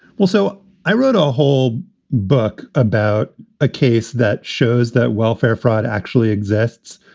well, so i wrote a whole book. about a case that shows that welfare fraud actually exists,